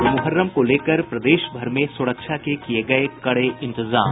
और मूहर्रम को लेकर प्रदेश भर में सुरक्षा के किये गये कड़े इंतजाम